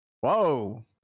Whoa